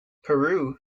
peru